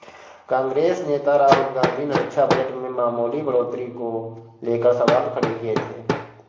कांग्रेस नेता राहुल गांधी ने रक्षा बजट में मामूली बढ़ोतरी को लेकर सवाल खड़े किए थे